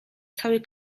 cały